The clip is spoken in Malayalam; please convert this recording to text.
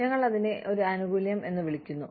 ഞങ്ങൾ അതിനെ ഒരു ആനുകൂല്യം എന്ന് വിളിക്കുന്നു